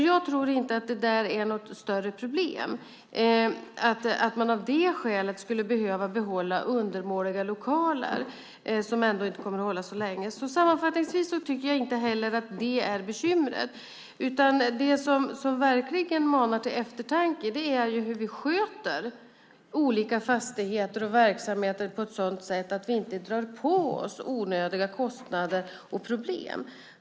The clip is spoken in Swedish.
Jag tror alltså inte att det är något större problem och att man av det skälet skulle behöva behålla undermåliga lokaler som ändå inte kommer att hålla så länge. Sammanfattningsvis tycker jag inte heller att det är bekymret, utan det som verkligen manar till eftertanke är hur vi sköter olika fastigheter och verksamheter. Det behöver ske på ett sådant sätt att vi inte drar på oss onödiga kostnader och problem.